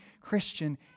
Christian